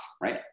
right